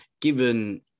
given